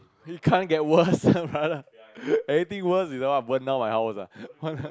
it can't get worse eh brother anything worse is like what burn down my house ah